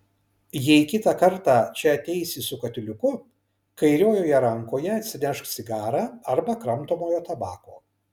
jei kitą kartą čia ateisi su katiliuku kairiojoje rankoje atsinešk cigarą arba kramtomojo tabako